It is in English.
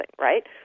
right